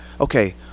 Okay